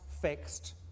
fixed